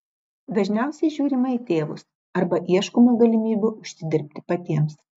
dažniausiai žiūrima į tėvus arba ieškoma galimybių užsidirbti patiems